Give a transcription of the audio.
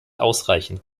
ausreichend